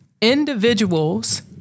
individuals